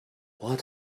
what